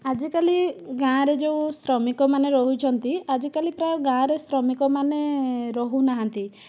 ଆଜିକାଲି ଗାଁରେ ଯେଉଁ ଶ୍ରମିକମାନେ ରହୁଛନ୍ତି ଆଜିକାଲି ପ୍ରାୟ ଗାଁରେ ଶ୍ରମିକମାନେ ରହୁନାହାନ୍ତି